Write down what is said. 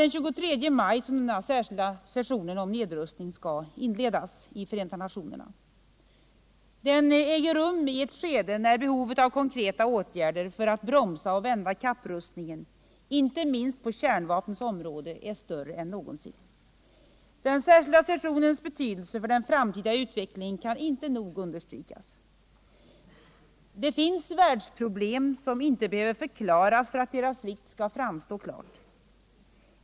Den 23 maj skall den särskilda sessionen om nedrustning inledas i Förenta nationerna. Den äger rum i ett skede när behovet av konkreta åtgärder för att bromsa och vända kapprustningen, inte minst på kärnvapnens område, är större än någonsin. Den särskilda sessionens betydelse för den framtida utvecklingen kan inte nog understrykas. Det finns världsproblem som inte behöver förklaras för att deras vikt skall framstå klart.